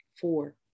Four